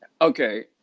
Okay